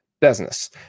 business